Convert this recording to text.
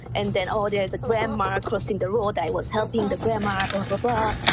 and then, oh there was a grandma crossing the road, i was helping the grandma, blah, blah, blah.